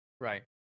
Right